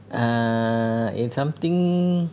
err it's something